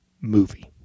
movie